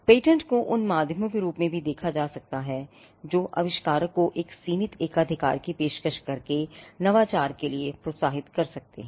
patent को उन माध्यमों के रूप में भी देखा जाता है जो आविष्कारक को सीमित एकाधिकार की पेशकश करके नवाचार के लिए प्रोत्साहित कर सकते हैं